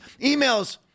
emails